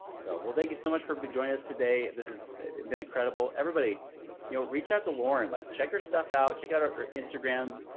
so we'll thank you so much for joining us today. this has been incredible. everybody you'll reach out to lauren like check her stuff out, check out her instagram,